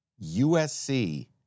USC